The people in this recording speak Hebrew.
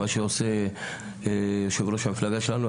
מה שעושה יושב ראש המפלגה שלנו,